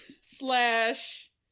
slash